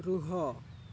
ରୁହ